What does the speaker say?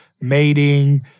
mating